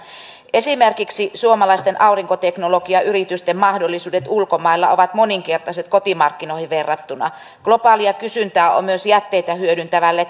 esimerkiksi suomalaisten aurinkoteknologiayritysten mahdollisuudet ulkomailla ovat moninkertaiset kotimarkkinoihin verrattuna globaalia kysyntää on myös jätteitä hyödyntäville